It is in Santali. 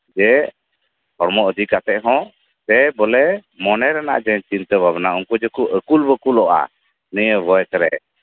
ᱡᱮ ᱦᱚᱲᱢᱚ ᱤᱫᱤ ᱠᱟᱛᱮᱫ ᱦᱚᱸ ᱥᱮᱭ ᱵᱚᱞᱮ ᱢᱚᱱᱮ ᱨᱮᱱᱟᱜ ᱡᱟᱦᱟᱸ ᱪᱤᱱᱛᱟᱹ ᱵᱷᱟᱵᱽᱱᱟ ᱟᱹᱠᱩᱞ ᱵᱟᱹᱠᱩᱞᱚᱜᱼᱟ ᱱᱤᱭᱟᱹ ᱵᱚᱭᱮᱥᱨᱮ